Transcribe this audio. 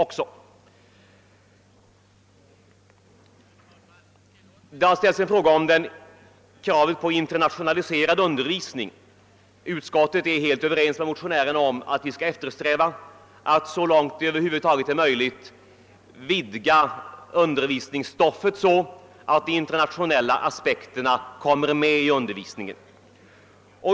Det har också ställts en fråga om kra ven på internationaliserad undervisning. Utskottet är helt överens med motionärerna om att vi skall eftersträva att så långt det över huvud taget är möjligt vidga undervisningsstoffet så att de internationella aspekterna kommer med i undervisningen.